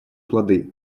плоды